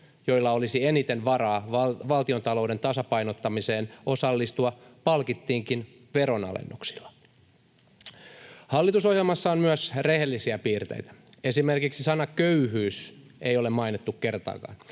joilla olisi eniten varaa osallistua valtiontalouden tasapainottamiseen, palkittiinkin veronalennuksilla. Hallitusohjelmassa on myös rehellisiä piirteitä, esimerkiksi sanaa ”köyhyys” ei ole mainittu kertaakaan,